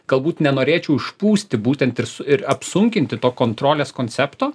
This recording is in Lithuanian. galbūt nenorėčiau užpūsti būtent ir su ir apsunkinti to kontrolės koncepto